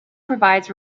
provides